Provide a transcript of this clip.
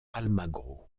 almagro